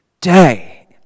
day